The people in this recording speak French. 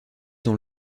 dans